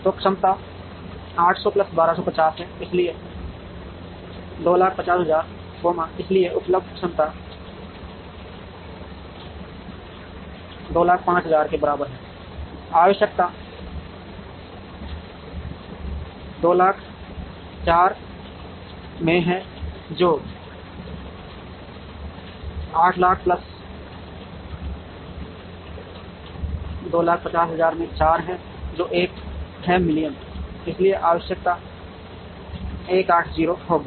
तो क्षमता 800 प्लस 1 2 5 0 है इसलिए 2 0 5 0 0 0 0 इसलिए उपलब्ध क्षमता 2 0 5 0 0 0 के बराबर है आवश्यकता 200000 4 में है जो 800000 प्लस 250000 में 4 है जो एक है मिलियन इसलिए आवश्यकता 1 8 0 होगी